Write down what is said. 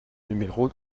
numéro